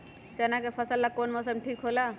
चाना के फसल ला कौन मौसम ठीक होला?